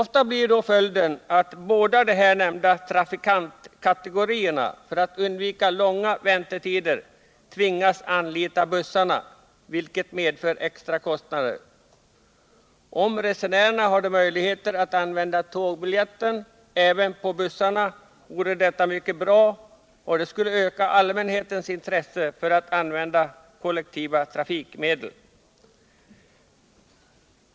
Följden blir att båda de här nämnda trafikantkategorierna för att undvika långa väntetider tvingas anlita bussarna, vilket medför extra kostnader. Om resenärerna hade möjligheter att använda tågbiljetten även på bussarna vore detta mycket bra. Det skulle öka allmänhetens intresse för att använda kollektiva trafikmedel.